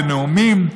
בנאומים,